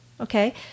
okay